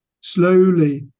slowly